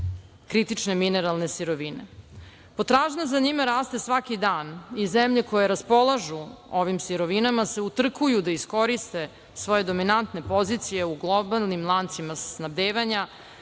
kritične mineralne sirovine. Potražnja za njima raste svaki dan i zemlje koje raspolažu ovim sirovinama se utrkuju da iskoriste svoje dominante pozicije u globalnim lancima snabdevanja